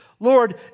Lord